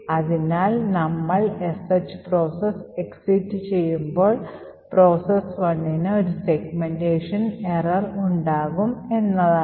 അതിനാൽ നമ്മൾ sh process exit ചെയ്യുമ്പോൾ പ്രോസസ്സ് "1" ന് ഒരു സെഗ്മെന്റേഷൻ Error ഉണ്ടാകും എന്നാണ്